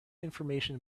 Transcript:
information